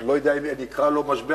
אני לא יודע אם אני אקרא לו משבר,